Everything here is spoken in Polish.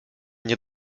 nie